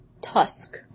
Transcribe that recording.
Tusk